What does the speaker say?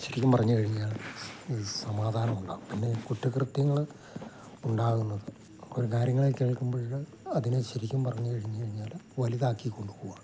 ശരിക്കും പറഞ്ഞ് കഴിഞ്ഞാൽ ഈ സമാധാനം ഉണ്ടാകും പിന്നെ ഈ കുറ്റകൃത്യങ്ങൾ ഉണ്ടാകുന്നത് ഒരു കാര്യങ്ങളെ കേൾക്കുമ്പോൾ അതിനെ ശരിക്കും പറഞ്ഞു കഴിഞ്ഞ് കഴിഞ്ഞാൽ വലുതാക്കി കൊണ്ട് പോവാണ്